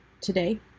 today